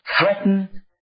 threaten